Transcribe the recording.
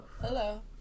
Hello